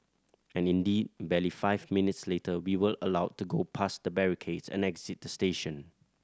and indeed barely five minutes later we were allowed to go past the barricades and exit the station